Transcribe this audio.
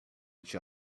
each